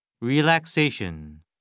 Relaxation